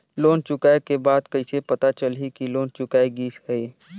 Loan चुकाय के बाद कइसे पता चलही कि लोन चुकाय गिस है?